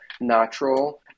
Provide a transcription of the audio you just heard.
natural